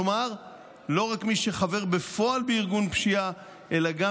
כלומר לא רק מי שחבר בפועל בארגון פשיעה אלא גם